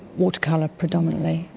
watercolour predominantly,